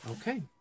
Okay